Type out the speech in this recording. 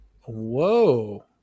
Whoa